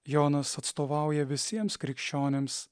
jonas atstovauja visiems krikščionims